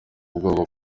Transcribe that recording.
ubwoba